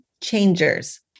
changers